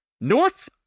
North